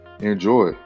enjoy